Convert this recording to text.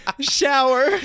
shower